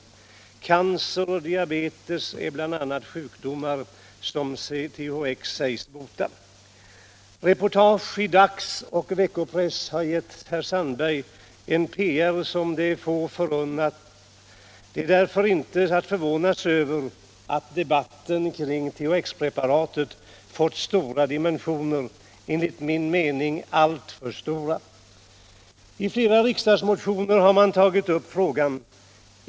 a. cancer och diabetes är sjukdomar som THX sägs bota. Reportage i dagsoch veckopress har gett herr Sandberg en PR som är få förunnad. Det är därför inte att förvåna sig över att debatten kring THX-preparatet fått stora dimensioner, enligt min mening alltför stora. I flera riksdagsmotioner har man tagit upp frågan.